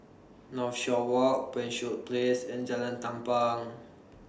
Northshore Walk Penshurst Place and Jalan Tampang